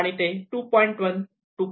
आणि ते 2